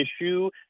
issue